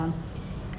um